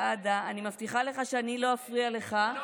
סעדה, אני מבטיחה לך שאני לא אפריע לך כשאתה תדבר.